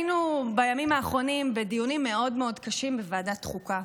היינו בימים האחרונים בדיונים מאוד מאוד קשים בוועדת חוקה,